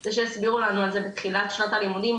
זה שהסבירו לנו על זה בתחילת שנת הלימודים,